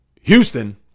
Houston